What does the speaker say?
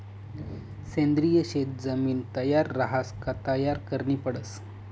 सेंद्रिय शेत जमीन तयार रहास का तयार करनी पडस